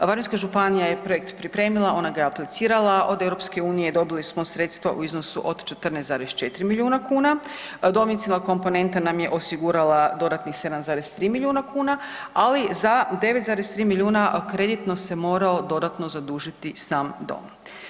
Varaždinska županija je projekt pripremila, ona ga je aplicirala, od EU dobili smo sredstva u iznosu od 14,4 milijuna kuna, domicilna komponenta nam je osigurala dodatnih 7,3 milijuna kuna, ali za 9,3 milijuna kreditno se morao dodatno zadužiti sam dom.